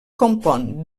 compon